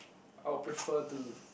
I would prefer to